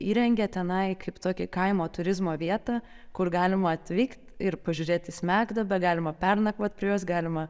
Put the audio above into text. įrengė tenai kaip tokį kaimo turizmo vietą kur galima atvykt ir pažiūrėt į smegduobę galima pernakvot prie jos galima